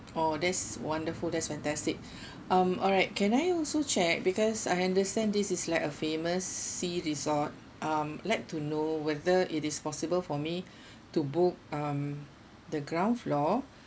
oh that's wonderful that's fantastic um alright can I also check because I understand this is like a famous sea resort um would like to know whether it is possible for me to book um the ground floor